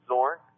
Zorn